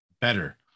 better